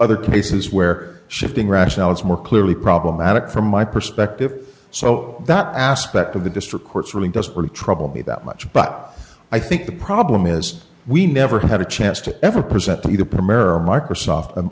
other cases where shifting rationale is more clearly problematic from my perspective so that aspect of the district court's ruling doesn't really trouble me that much but i think the problem is we never had a chance to ever present to the primera microsoft an